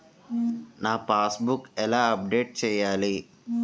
నా passbook ఎలా update చేయాలి?